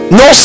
no